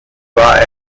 war